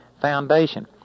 foundation